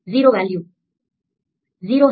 0 है